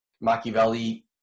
Machiavelli